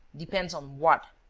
depends on what?